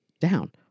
down